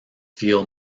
feel